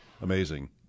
amazing